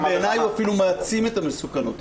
בעיניי הוא אפילו מעצים את המסוכנות.